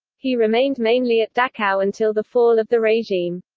he remained mainly at dachau until the fall of the regime.